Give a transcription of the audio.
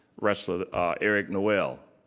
wrestler eric noel.